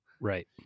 Right